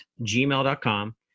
gmail.com